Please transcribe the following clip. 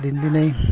दिन दिनै